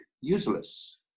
useless